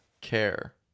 care